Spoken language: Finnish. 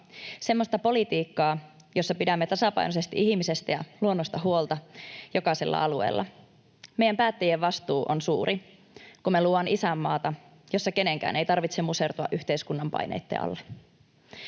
semmoista politiikkaa, jossa pidämme tasapainoisesti ihmisestä ja luonnosta huolta jokaisella alueella. Meidän päättäjien vastuu on suuri, kun me luodaan isänmaata, jossa kenenkään ei tarvitse musertua yhteiskunnan paineitten alle.